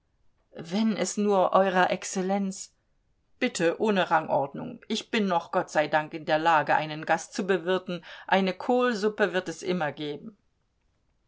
wenn es nur eurer exzellenz bitte ohne rangordnung ich bin noch gott sei dank in der lage einen gast zu bewirten eine kohlsuppe wird es immer geben